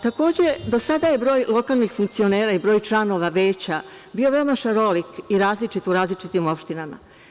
Takođe, do sada je broj lokalnih funkcionera i broj članova veća bio veoma šarolik i različit u različitim opštinama.